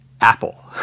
Apple